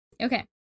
Okay